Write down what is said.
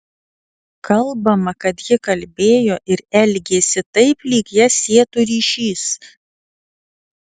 kalbama kad ji kalbėjo ir elgėsi taip lyg jas sietų ryšys